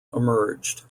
emerged